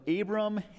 Abram